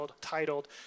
titled